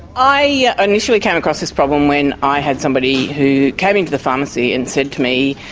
i initially came across this problem when i had somebody who came into the pharmacy and said to me,